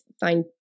find